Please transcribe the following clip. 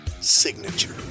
signature